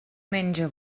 menja